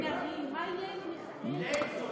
מה יהיה עם ה"מיכאלי" הזה?